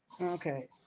Okay